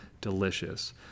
delicious